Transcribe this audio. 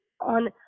on